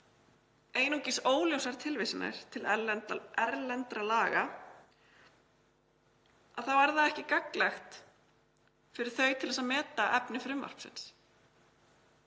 einungis óljósar tilvísanir til erlendra laga, og því sé það ekki gagnlegt fyrir þau til að meta efni frumvarpsins.